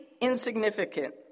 insignificant